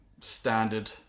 standard